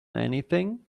anything